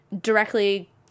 directly